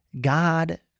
God